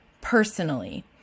personally